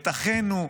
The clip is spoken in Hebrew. את אחינו,